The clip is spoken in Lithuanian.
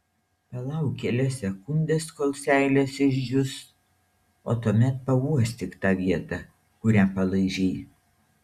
palauk kelias sekundes kol seilės išdžius o tuomet pauostyk tą vietą kurią palaižei